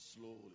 slowly